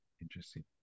Interesting